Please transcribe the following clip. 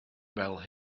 fel